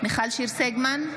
מיכל שיר סגמן,